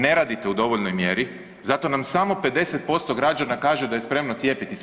Ne radite u dovoljnoj mjeri, zato nam samo 50% građana kaže da je spremno cijepiti se.